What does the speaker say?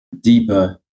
Deeper